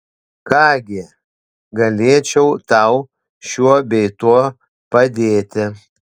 ką gi galėčiau tau šiuo bei tuo padėti